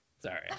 Sorry